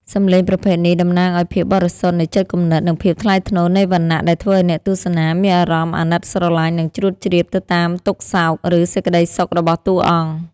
សំឡេងប្រភេទនេះតំណាងឱ្យភាពបរិសុទ្ធនៃចិត្តគំនិត និងភាពថ្លៃថ្នូរនៃវណ្ណៈ ដែលធ្វើឱ្យអ្នកទស្សនាមានអារម្មណ៍អាណិតស្រឡាញ់ និងជ្រួតជ្រាបទៅតាមទុក្ខសោក ឬសេចក្តីសុខរបស់តួអង្គ។